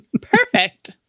Perfect